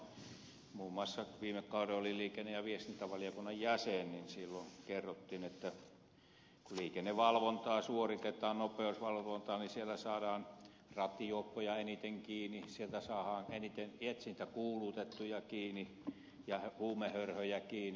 muun muassa viime kaudella olin liikenne ja viestintävaliokunnan jäsen ja silloin kerrottiin että kun liikennevalvontaa nopeusvalvontaa suoritetaan niin siellä saadaan rattijuoppoja eniten kiinni siellä saadaan eniten etsintäkuulutettuja kiinni ja huumehörhöjä kiinni